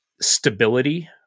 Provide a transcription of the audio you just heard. stability